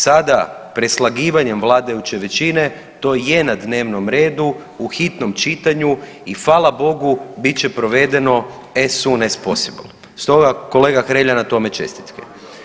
Sada preslagivanjem vladajuće većine to je na dnevnom redu u hitnom čitanju i hvala Bogu bit će provedeno … stoga kolega Hrelja na tome čestitke.